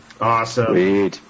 Awesome